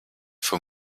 for